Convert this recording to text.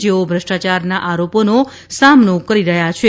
જેઓ ભ્રષ્ટાચારના આરોપોનો સામનો કરી રહ્યા છે